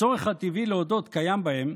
הצורך הטבעי להודות קיים בהם,